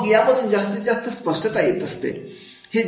मग यामधून जास्तीत जास्त स्पष्टता येत असते